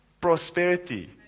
Prosperity